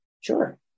Sure